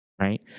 right